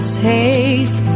safe